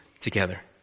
together